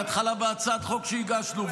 בהתחלה בהצעת חוק שהגשנו,